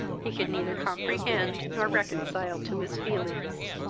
he could neither comprehend nor reconcile to his feelings.